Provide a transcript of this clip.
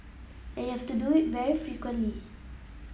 and you have to do it very frequently